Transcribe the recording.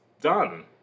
done